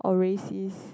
or racist